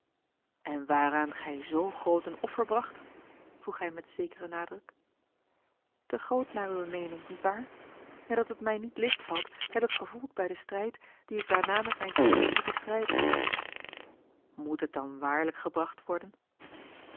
en waaraan gij z groot een offer bracht vroeg hij met zekeren nadruk a l g bosboom-toussaint de delftsche wonderdokter eel e groot naar uwe meening niet waar en dat het mij niet licht valt heb ik gevoeld bij den strijd dien ik daarna met mij zelve heb moeten strijden moet het dan waarlijk gebracht worden